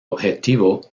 objetivo